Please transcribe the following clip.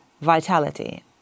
vitality